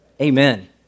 Amen